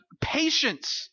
patience